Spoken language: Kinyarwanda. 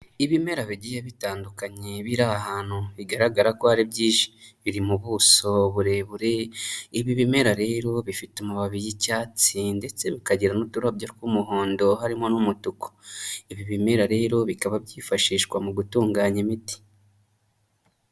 Ibimera bigiye bitandukanye biri ahantu bigaragara ko ari byinshi, biri mu buso burebure, ibi bimera rero bifite amababi y'icyatsi ndetse bikagira n'uturabyo tw'umuhondo harimo n'umutuku, ibi bimera rero bikaba byifashishwa mu gutunganya imiti.